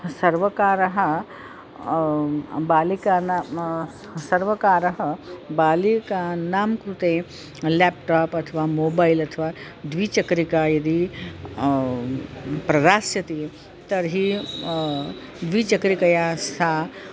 सर्वकारः बालिकानां सर्वकारः बालिकानां कृते लेप्टाप् अथवा मोबैल् अथवा द्विचक्रिका यदि प्रदास्यति तर्हि द्विचक्रिकया सा